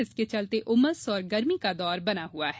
इसके चलते उमस और गर्मी का दौर बना हुआ है